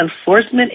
enforcement